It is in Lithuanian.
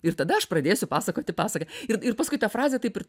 ir tada aš pradėsiu pasakoti pasaką ir ir paskui ta frazė taip ir